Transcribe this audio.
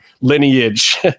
lineage